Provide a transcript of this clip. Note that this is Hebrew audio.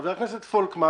חבר הכנסת פולקמן,